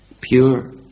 Pure